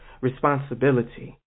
responsibility